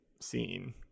scene